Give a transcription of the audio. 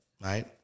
right